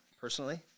personally